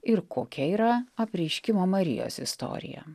ir kokia yra apreiškimo marijos istorija